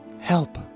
help